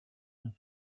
and